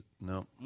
No